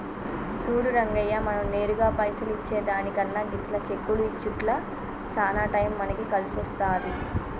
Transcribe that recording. సూడు రంగయ్య మనం నేరుగా పైసలు ఇచ్చే దానికన్నా గిట్ల చెక్కులు ఇచ్చుట్ల సాన టైం మనకి కలిసొస్తాది